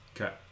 Okay